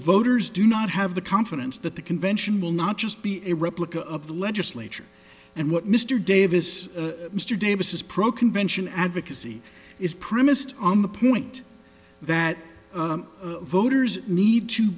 voters do not have the confidence that the convention will not just be a replica of the legislature and what mr davis mr davis is pro convention advocacy is premised on the point that voters need to